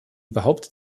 behauptet